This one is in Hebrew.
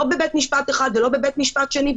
לא בבית משפט אחד ולא בבית משפט שני,